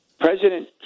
President